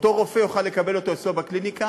ואותו רופא יוכל לקבל אותו אצלו בקליניקה